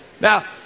Now